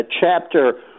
chapter